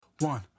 One